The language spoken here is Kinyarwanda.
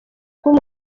kuba